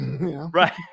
Right